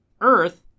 earth